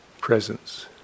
Presence